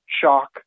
shock